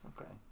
Okay